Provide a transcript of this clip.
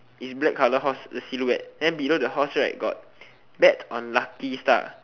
is black colour horse the silhouette then below the horse right got bet on lucky star